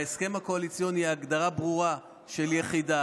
בהסכם הקואליציוני יש הגדרה ברורה של יחידה,